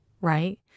right